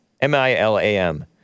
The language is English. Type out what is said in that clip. M-I-L-A-M